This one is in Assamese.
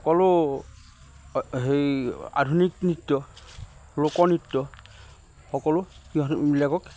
সকলো সেই আধুনিক নৃত্য লোকনৃত্য সকলো ইহঁতবিলাকক